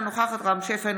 אינה נוכחת רם שפע,